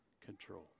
control